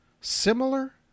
similar